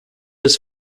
his